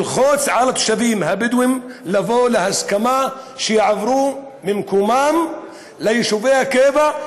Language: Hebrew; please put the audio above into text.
כדי ללחוץ על התושבים הבדואים לבוא להסכמה שיעברו ממקומם ליישובי הקבע,